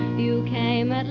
you came and